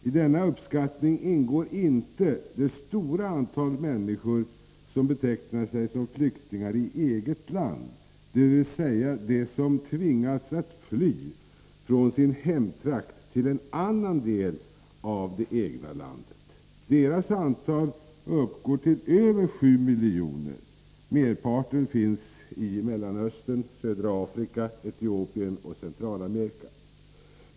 I denna uppskattning ingår inte det stora antal människor som betecknar sig som flyktingar i eget land, dvs. de som tvingats att fly från sin hemtrakt till en annan del av det egna landet. Deras antal uppgår till över 7 miljoner. Merparten finns i Mellanöstern, södra Afrika, Etiopien och Centralamerika.